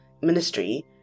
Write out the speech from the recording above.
ministry